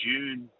June